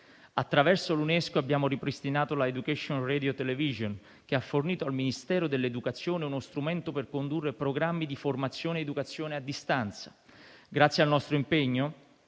Attraverso l'UNESCO abbiamo ripristinato la Educational radio and television (ERTV), che ha fornito al Ministero dell'educazione uno strumento per condurre programmi di formazione ed educazione a distanza. Grazie al nostro impegno